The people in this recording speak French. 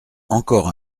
encore